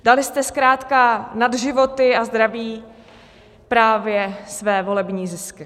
Dali jste zkrátka nad životy a zdraví právě své volební zisky.